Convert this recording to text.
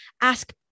ask